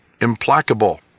implacable